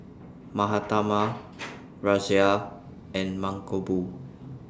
Mahatma Razia and Mankombu